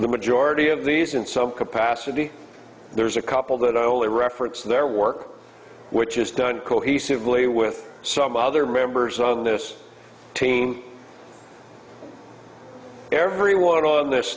the majority of these in some capacity there's a couple that only reference their work which is done cohesively with some other members on this team everyone on this